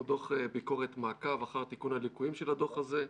דוח ביקורת מעקב אחר תיקון הליקויים של הדוח הזה.